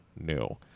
new